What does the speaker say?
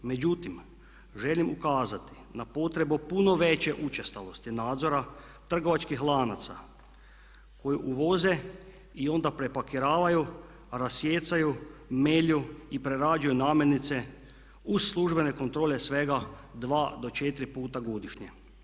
Međutim, želim ukazati na potrebu puno veće učestalosti nadzora trgovačkih lanaca koji uvoze i onda preparkiravaju, rasijecaju, melju i prerađuju namirnice uz službene kontrole svega dva do četiri puta godišnje.